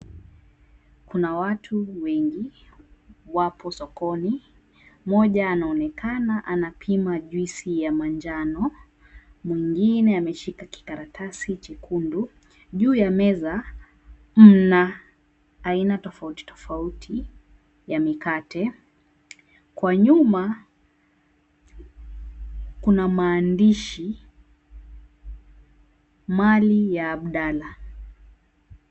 Kuna watu wengi wapo sokoni mmoja anaonekana anapima juice ya manjano, mwingine ameshika kikaratasi jekundu juu ya meza mna aina tofauti tofauti ya mikate kwa nyuma kuna maandishi, Mali ya Abdala.